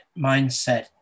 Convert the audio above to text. mindset